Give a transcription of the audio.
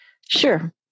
Sure